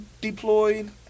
deployed